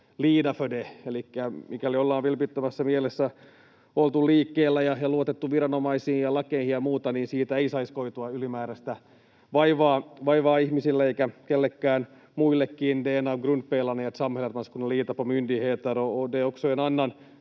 Elikkä mikäli ollaan vilpittömässä mielessä oltu liikkeellä ja luotettu viranomaisiin ja lakeihin ja muuta, niin siitä ei saisi koitua ylimääräistä vaivaa näille ihmisille eikä kenellekään muullekaan.